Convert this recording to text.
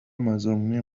مضامین